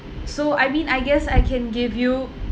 so I mean I guess I can give you